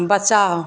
बचाउ